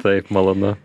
taip malonu